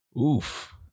oof